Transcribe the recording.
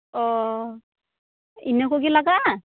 ᱚᱻ ᱤᱱᱟᱹ ᱠᱚᱜᱮ ᱞᱟᱜᱟᱜᱼᱟ